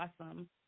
awesome